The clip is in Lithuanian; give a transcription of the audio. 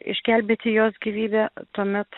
išgelbėti jos gyvybę tuomet